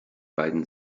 beiden